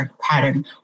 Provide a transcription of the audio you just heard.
pattern